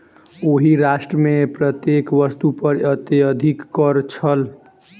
ओहि राष्ट्र मे प्रत्येक वस्तु पर अत्यधिक कर छल